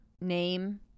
name